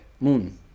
moon